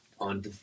On